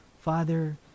Father